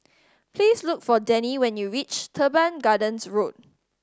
please look for Dannie when you reach Teban Gardens Road